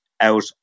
out